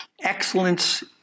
excellence